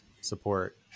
support